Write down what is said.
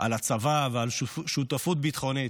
כל פעם מדברים על הצבא ועל שותפות ביטחונית.